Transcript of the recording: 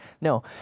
No